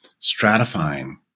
stratifying